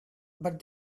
but